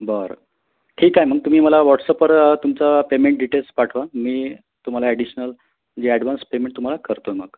बरं ठीक आहे मग तुम्ही मला वॉट्सअपवर तुमचा पेमेंट डीटेल्स पाठवा मी तुम्हाला ॲडीशनल जे ॲडव्हांस पेमेंट तुम्हाला करतो मग